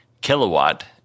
Kilowatt